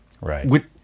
Right